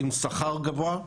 עם שכר גבוה,